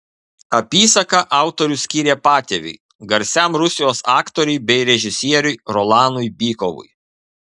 apysaką autorius skyrė patėviui garsiam rusijos aktoriui bei režisieriui rolanui bykovui